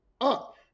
up